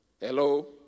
Hello